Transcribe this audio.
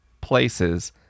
places